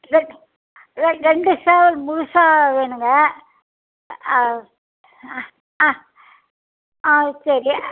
red ரெண் ரெண்டு சேவல் முழுசாக வேணும்க ஆ ஆ சரி